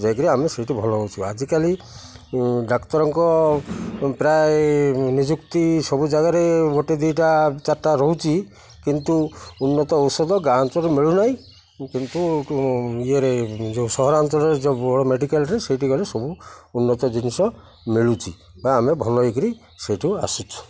ଯାଇ କରି ଆମେ ସେଇଠି ଭଲ ହେଉଛୁ ଆଜିକାଲି ଡାକ୍ତରଙ୍କ ପ୍ରାୟ ନିଯୁକ୍ତି ସବୁ ଜାଗାରେ ଗୋଟେ ଦୁଇଟା ଚାରିଟା ରହୁଛି କିନ୍ତୁ ଉନ୍ନତ ଔଷଧ ଗାଁ ଅଞ୍ଚଳରେ ମିଳୁନାହିଁ କିନ୍ତୁ ଇଏରେ ଯେଉଁ ସହରାଞ୍ଚଳରେ ଯେଉଁ ବଡ଼ ମେଡ଼ିକାଲରେ ସେଇଠିକାରେ ସବୁ ଉନ୍ନତ ଜିନିଷ ମିଳୁଛି ବା ଆମେ ଭଲ ହେଇ କରି ସେଇଠୁ ଆସୁଛୁ